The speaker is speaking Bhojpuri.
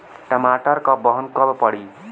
टमाटर क बहन कब पड़ी?